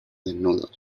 desnudos